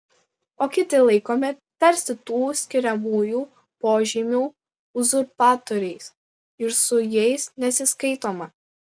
o kiti laikomi tarsi tų skiriamųjų požymių uzurpatoriais ir su jais nesiskaitoma